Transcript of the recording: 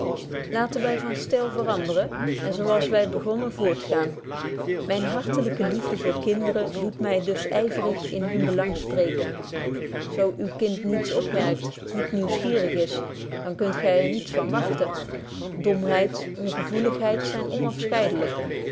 laten wy van styl veranderen en zo als wy begonnen voort gaan myne hartelyke liefde voor kinderen doet my dus yverig in hun belang spreken zo uw kind niets opmerkt niet nieuwsgierig is dan kunt gy er niets van wagten domheid ongevoeligheid zyn